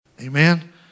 Amen